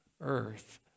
earth